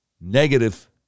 negative